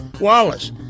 Wallace